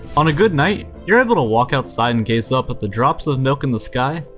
on a good night, you're able to walk outside and gaze up at the drops of milk in the sky.